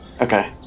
Okay